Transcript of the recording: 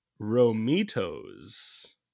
Romito's